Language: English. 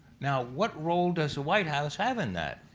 now, what role does the white house have in that?